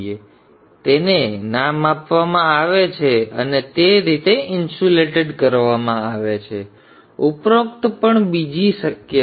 તેથી તેને નામ આપવામાં આવે છે અને તે રીતે ઇન્સ્યુલેટેડ કરવામાં આવે છે ઉપરોક્ત પણ બીજી શક્ય છે